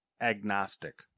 agnostic